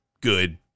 good